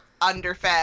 underfed